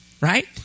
right